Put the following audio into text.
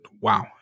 wow